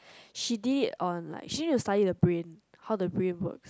she did it on like she need to study the brain how the brain works